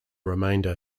remainder